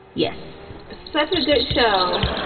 yes. such a good show.